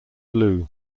blue